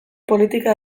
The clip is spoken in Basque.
politika